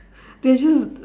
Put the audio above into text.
they are just